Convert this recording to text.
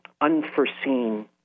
unforeseen